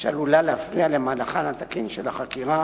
שעלולות להפריע למהלכה התקין של החקירה